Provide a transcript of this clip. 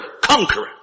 conqueror